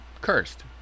cursed